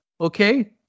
Okay